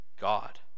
God